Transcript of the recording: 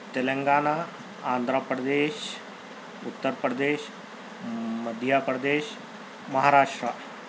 Telangana Andhra Pradesh Uttar Pradesh Madhya Pradesh Maharashtra